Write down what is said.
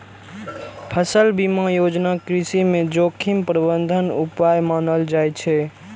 फसल बीमा योजना कृषि मे जोखिम प्रबंधन उपाय मानल जाइ छै